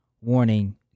warning